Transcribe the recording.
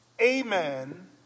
amen